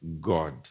God